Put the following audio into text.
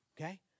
okay